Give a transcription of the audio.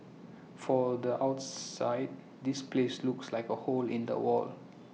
for the outside this place looks like A hole in the wall